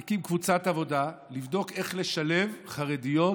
והוא הקים קבוצת עבודה לבדוק איך לשלב חרדיות